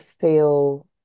feel